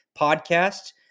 Podcast